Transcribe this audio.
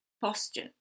posture